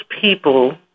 people